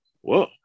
Whoa